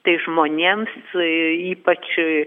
tai žmonėms ypač